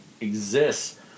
exists